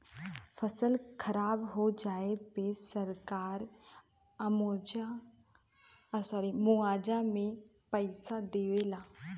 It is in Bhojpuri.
फसल खराब हो जाये पे सरकार मुआवजा में पईसा देवे ला